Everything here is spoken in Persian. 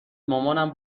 مامانم